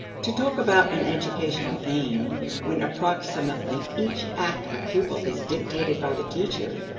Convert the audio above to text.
to talk about an educational aim when approximately each act of a pupil is dictated by the teacher,